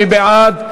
מי בעד?